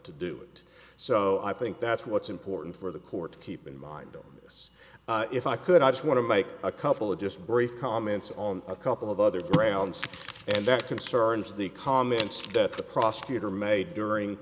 to do it so i think that's what's important for the court to keep in mind this if i could i just want to make a couple of just brief comments on a couple of other grounds and that concerns the comments that the prosecutor made during